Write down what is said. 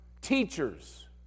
teachers